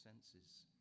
senses